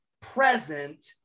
present